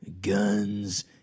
guns